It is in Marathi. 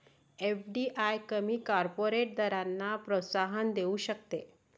एफ.डी.आय कमी कॉर्पोरेट दरांना प्रोत्साहन देऊ शकते